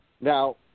Now